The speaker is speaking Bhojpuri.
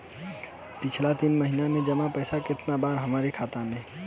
पिछला तीन महीना के जमा पैसा केतना बा हमरा खाता मे?